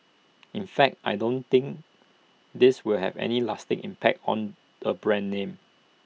in fact I don't think this will have any lasting impact on the brand name